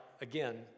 again